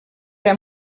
era